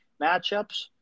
matchups